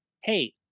hey